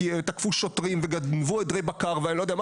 ותקפו שוטרים וגנבו עדרי בקר ואני לא יודע מה,